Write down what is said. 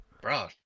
Bro